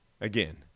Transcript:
Again